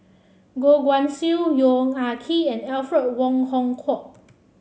Goh Guan Siew Yong Ah Kee and Alfred Wong Hong Kwok